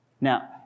Now